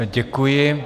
Děkuji.